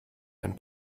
ein